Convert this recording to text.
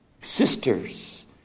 sisters